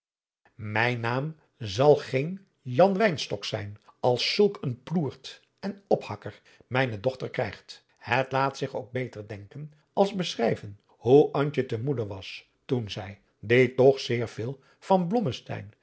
mijn naam zal geen jan wynstok zijn als zulk een ploert en ophakker mijne dochter krijgt het laat zich ook beter denken als beschrijven hoe antje te moeadriaan loosjes pzn het leven van johannes wouter blommesteyn de was toen zij die toch zeer veel van